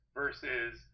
versus